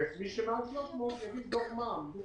ומי שמעל 300 יגיש דוח מע"מ ---,